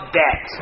debt